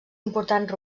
importants